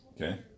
Okay